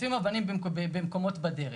חוטפים במקומות בדרך.